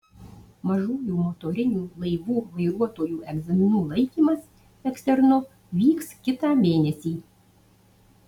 mažųjų motorinių laivų vairuotojų egzaminų laikymas eksternu vyks kitą mėnesį